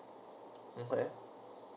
okay